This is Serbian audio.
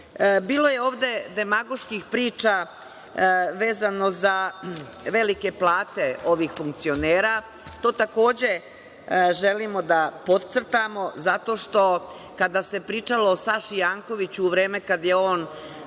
je ovde demagoških priča vezano za velike plate ovih funkcionera. To takođe želimo da podcrtamo, zato što kada se pričalo o Saši Jankoviću u vreme kada je on